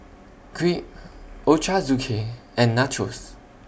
Crepe Ochazuke and Nachos